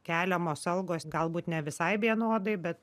keliamos algos galbūt ne visai vienodai bet